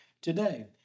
today